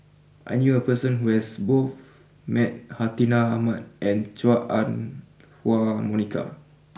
I knew a person who has both met Hartinah Ahmad and Chua Ah Huwa Monica